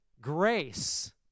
grace